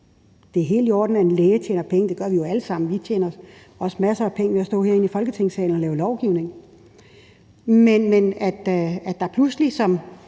er helt i orden, at en læge tjener penge. Det gør vi jo alle sammen. Vi tjener også masser af penge ved at stå herinde i Folketingssalen og